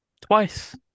twice